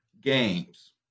games